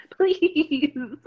please